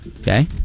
Okay